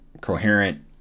coherent